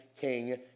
King